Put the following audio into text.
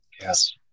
Yes